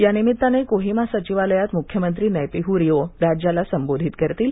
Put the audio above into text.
यानिमित्ताने कोहिमा सचीवालयात मुख्यमंत्री नैपिह् रिओ राज्याला संबोधित करतील